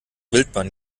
wildbahn